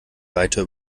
reiter